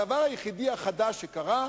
הדבר היחידי החדש שקרה,